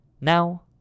Now